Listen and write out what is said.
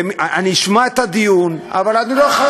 אני אשמע את הדיון אבל אני לא,